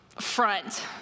front